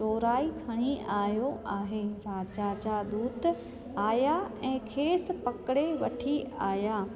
चोराई खणी आयो आहे राजा जा दूत आहियां ऐं खेसि पकिड़े वठी आहियां